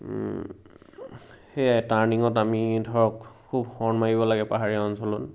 সেয়াই টাৰ্ণিঙত আমি ধৰক খুব হৰ্ণ মাৰিব লাগে পাহাৰীয়া অঞ্চলত